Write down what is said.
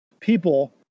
people